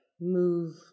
move